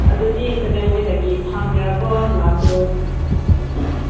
ꯑꯗꯨꯗꯤ ꯀꯗꯥꯏ ꯋꯥꯏꯗꯒꯤ ꯐꯪꯒꯦꯔꯥꯀꯣ ꯂꯝꯗꯨ